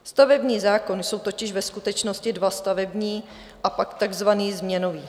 Stavební zákon jsou totiž ve skutečnosti dva, stavební a pak takzvaný změnový.